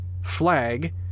flag